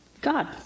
God